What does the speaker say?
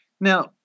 Now